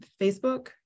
Facebook